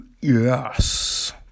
yes